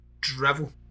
drivel